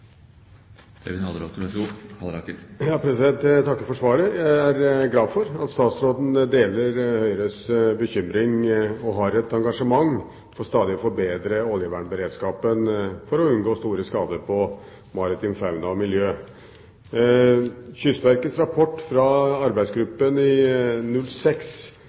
Jeg takker for svaret. Jeg er glad for at statsråden deler Høyres bekymring og har et engasjement for stadig å forbedre oljevernberedskapen for å unngå store skader på maritim fauna og miljø. I Kystverkets rapport fra arbeidsgruppen i